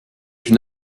une